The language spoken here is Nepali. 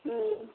उम्म